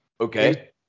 okay